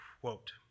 quote